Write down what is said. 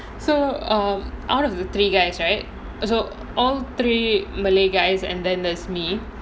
so um out of the three guys right so all three malay guys and then there's me